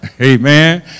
Amen